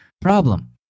Problem